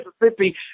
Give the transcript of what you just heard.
Mississippi